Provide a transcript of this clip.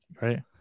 right